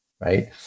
right